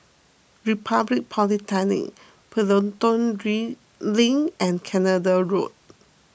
Republic Polytechnic Pelton ring Link and Canada Road